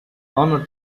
honour